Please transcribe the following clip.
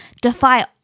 defy